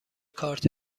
کارت